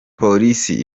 polisi